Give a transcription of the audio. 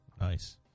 Nice